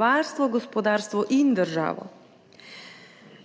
prebivalstvo, gospodarstvo in državo.